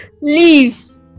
leave